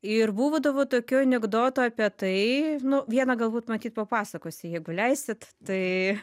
ir būdavo tokių anekdotų apie tai nu vieną galbūt matyt papasakosiu jeigu leisit tai